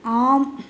ஆம்